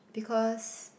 because